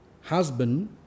husband